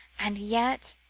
and yet,